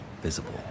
visible